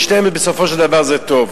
לשניהם בסופו של דבר זה טוב.